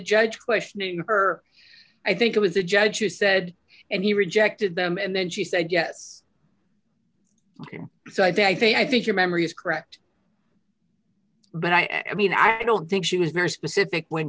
judge questioning her i think it was the judge who said and he rejected them and then she said yes so i think i think your memory is correct but i mean i don't think she was very specific when